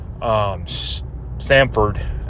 Samford